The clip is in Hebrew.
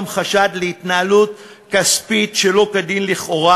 חשד להתנהלות כספית שלא כדין לכאורה.